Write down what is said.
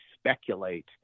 speculate